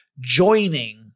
joining